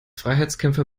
freiheitskämpfer